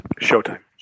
Showtime